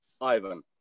Ivan